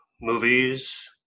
movies